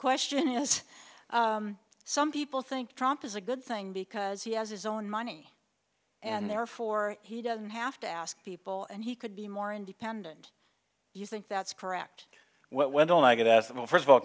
question is some people think trump is a good thing because he has his own money and therefore he doesn't have to ask people and he could be more independent you think that's correct